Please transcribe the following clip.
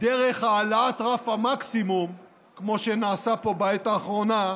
דרך העלאת רף המקסימום, כמו שנעשה פה בעת האחרונה,